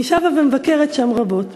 אני שבה ומבקרת שם רבות.